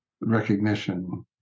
recognition